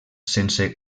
sense